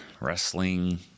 wrestling